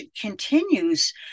continues